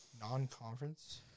Non-conference